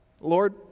Lord